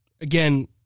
again